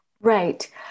Right